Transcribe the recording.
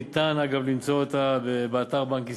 אגב, ניתן למצוא אותה באתר בנק ישראל.